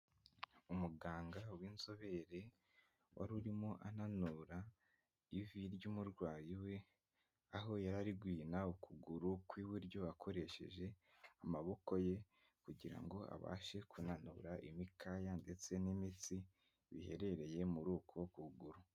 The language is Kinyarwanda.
Umuganga w'inzobere wari urimo ananura ivi ry'umurwayi we, aho yari ari guhina ukuguru kw'iburyo akoresheje amaboko ye kugira ngo abashe kunanura imikaya ndetse n'imitsi biherereye muri uko kuguru.